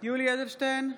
יולי יואל אדלשטיין,